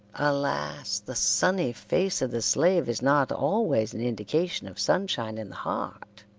alas! the sunny face of the slave is not always an indication of sunshine in the heart.